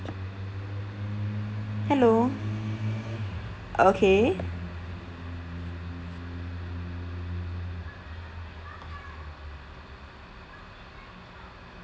hello okay